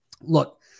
look